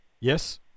Yes